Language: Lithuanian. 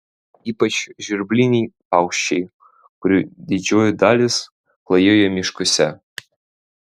ypač žvirbliniai paukščiai kurių didžioji dalis klajoja miškuose